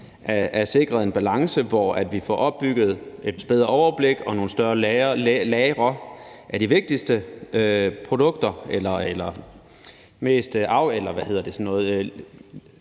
er sikret en balance, hvor vi får opbygget et bedre overblik og nogle større lagre af de vigtigste produkter, eller det mest livsvigtige medicin,